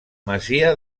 masia